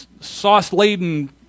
sauce-laden